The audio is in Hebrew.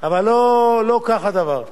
אבל לא כך הדבר.